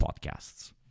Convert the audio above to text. podcasts